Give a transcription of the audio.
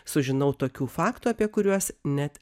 sužinau tokių faktų apie kuriuos net